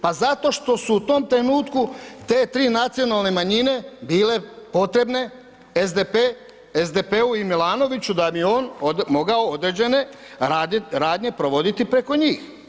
Pa zato što su u tom trenutku te tri nacionalne manjine bile potrebne SDP-u i Milanoviću da bi on mogao određene radnje provoditi preko njih.